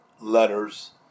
letters